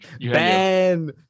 Ben